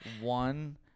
One